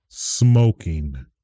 Smoking